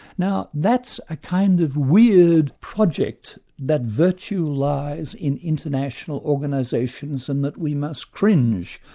now that's a kind of weird project that virtue lies in international organisations and that we must cringe,